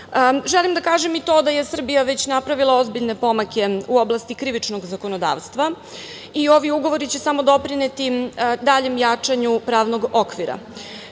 pravu. Želim da kažem i to da je Srbija već napravila ozbiljne pomake u oblasti krivičnog zakonodavstva i ovi ugovori će samo doprineti daljem jačanju pravnog okvira.